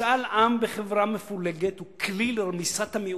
משאל עם בחברה מפולגת הוא כלי לרמיסת המיעוט.